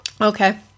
Okay